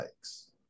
likes